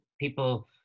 people